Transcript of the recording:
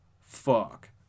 fuck